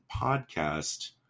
podcast